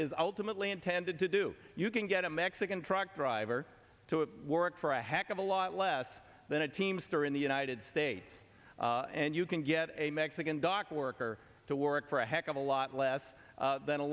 is ultimately intended to do you can get a mexican truck driver to work for a heck of a lot less than a teamster in the united states and you can get a mexican dock worker to work for a heck of a lot less than a